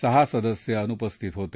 सहा सदस्य अनुपस्थितीत होते